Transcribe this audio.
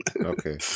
okay